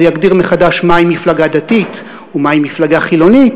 זה יגדיר מחדש מהי מפלגה דתית ומהי מפלגה חילונית,